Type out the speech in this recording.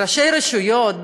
ראשי רשויות,